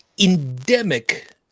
endemic